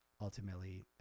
ultimately